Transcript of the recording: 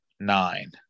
nine